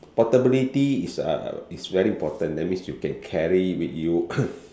portability is a is very important that means you can carry it with you